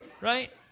right